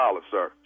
sir